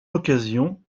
l’occasion